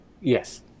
Yes